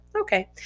okay